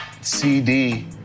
CD